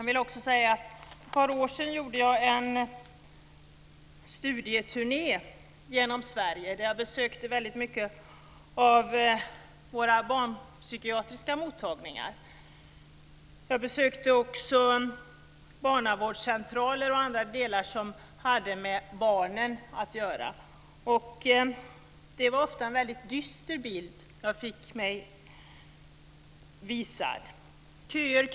För ett par år sedan gjorde jag en studieturné genom Sverige där jag besökte många av våra barnpsykiatriska mottagningar. Jag besökte också barnavårdscentraler och annat som hade med barn att göra. Det var ofta en väldigt dyster bild jag fick visad för mig.